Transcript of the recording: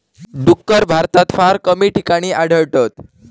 डुक्कर भारतात फार कमी ठिकाणी आढळतत